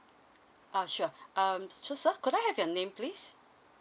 ah sure um so sir could I have your name please